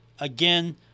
again